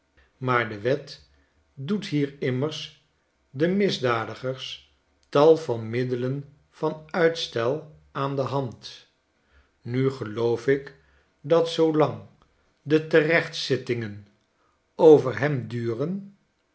maar de wet doet hier immers den misdadigers tal van middelen van uitstel aan de hand nu geloof ik dat zoolang de terechtzittingen over hem duren